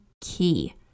key